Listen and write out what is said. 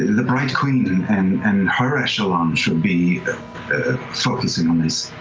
the bright queen and and and her echelons should be focusing on this.